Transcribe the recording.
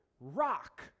rock